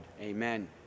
Amen